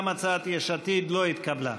גם הצעת יש עתיד לא התקבלה.